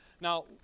Now